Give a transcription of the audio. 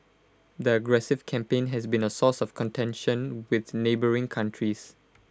the aggressive campaign has been A source of contention with neighbouring countries